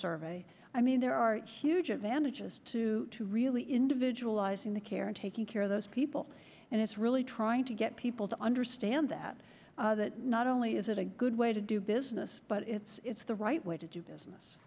survey i mean there are huge advantages to to really individualizing the care and taking care of those people and it's really trying to get people to understand that not only is it a good way to do business but it's the right way to do business